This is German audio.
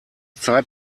zeit